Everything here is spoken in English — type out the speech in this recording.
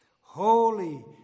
Holy